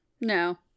No